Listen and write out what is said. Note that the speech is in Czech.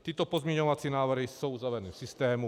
Tyto pozměňovací návrhy jsou zavedeny v systému.